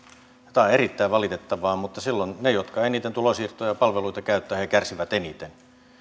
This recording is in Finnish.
on erittäin valitettavaa silloin ne jotka eniten tulonsiirtoja ja palveluita käyttävät kärsivät eniten